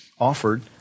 offered